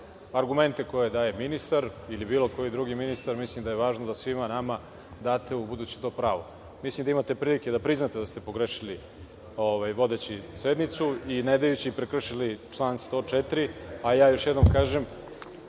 argumente koje daje ministar ili bilo koji drugi ministar. Mislim da je važno da svima nama date ubuduće to pravo. Mislim da imate prilike da priznate da ste pogrešili vodeći sednicu i ne dajući prekršili član 104. a ja još jednom kažem